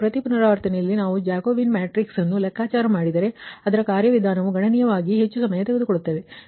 ಮತ್ತು ಪ್ರತಿ ಪುನರಾವರ್ತನೆಯಲ್ಲಿ ನಾವು ಜಾಕೋಬೀನ್ ಮ್ಯಾಟ್ರಿಕ್ಸ್ ಅನ್ನು ಲೆಕ್ಕಾಚಾರ ಮಾಡಿದರೆ ಅದರ ಕಾರ್ಯವಿಧಾನವು ಗಣನೀಯವಾಗಿ ಹೆಚ್ಚು ಸಮಯ ತೆಗೆದುಕೊಳ್ಳುತ್ತದೆ